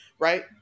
right